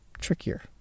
trickier